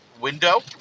window